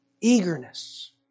eagerness